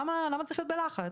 למה צריך להיות בלחץ?